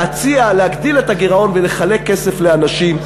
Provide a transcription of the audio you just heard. להציע להגדיל את הגירעון ולחלק כסף לאנשים,